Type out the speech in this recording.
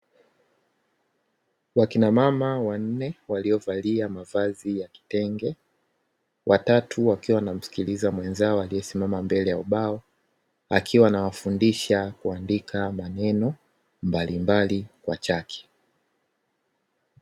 Wakina mama wanne waliovalia mavazi ya kitenge, watatu wakiwa wanamsikiliza mwenzao aliesimama mbele ya ubao akiwa anawafundisha kuandika maneno mbalimbali kwa chaki.